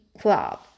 club